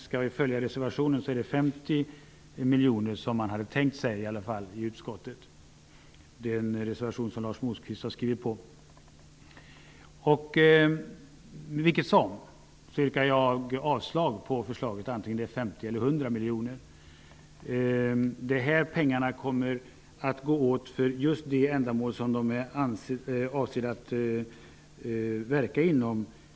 Skall vi följa reservationen som Lars Moquist har skrivit på är det 50 miljoner som man har tänkt sig. Jag yrkar avslag på förslaget vare sig det är 50 eller 100 miljoner. De här pengarna kommer att gå åt till just de ändamål som de är avsedda för.